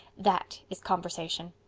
that is conversation.